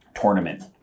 tournament